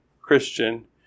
Christian